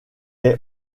est